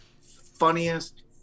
funniest